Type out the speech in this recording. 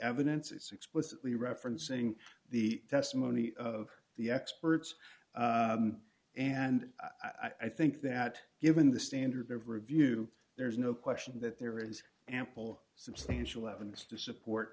evidence it's explicitly referencing the testimony of the experts and i think that given the standard of review there is no question that there is ample substantial evidence to support